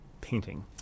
painting